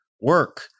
work